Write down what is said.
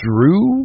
Drew